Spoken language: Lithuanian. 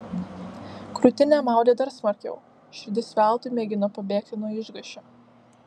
krūtinę maudė dar smarkiau širdis veltui mėgino pabėgti nuo išgąsčio